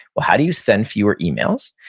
well, how do you send fewer emails?